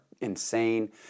insane